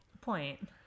point